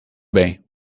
bem